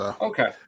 Okay